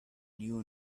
new